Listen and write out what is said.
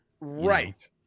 right